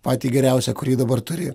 patį geriausią kurį dabar turi